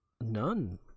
None